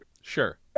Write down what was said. Sure